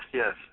yes